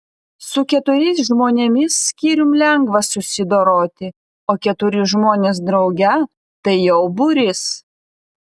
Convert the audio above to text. su keturiais žmonėmis skyrium lengva susidoroti o keturi žmonės drauge tai jau būrys